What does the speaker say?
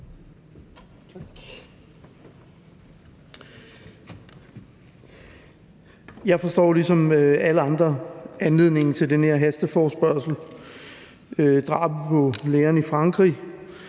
Jeg forstår ligesom alle andre anledningen til den her hasteforespørgsel, nemlig drabet på læreren i Frankrig,